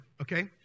okay